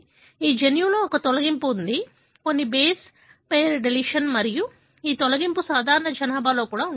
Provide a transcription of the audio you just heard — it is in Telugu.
ఈ జన్యువులో ఒక తొలగింపు ఉంది కొన్ని బేస్ పెయిర్డెలిషన్ మరియు ఈ తొలగింపు సాధారణ జనాభాలో కూడా ఉంటుంది